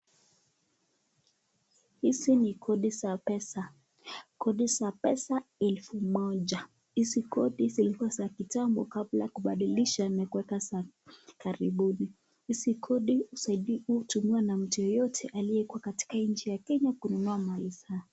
Hizi ni kodi za pesa, kodi za pesa elfu moja. Hizi kodi zilikua za kitambo kabla kubadilisha na kuweka za karibuni. Hizi kodi hutumiwa na mtu yeyote aliyekua katika nchi ya Kenya kununua mali zake.